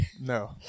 No